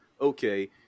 okay